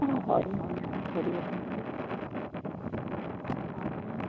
অ' হয় হয় হয় ঘূৰি আহিম মই অ'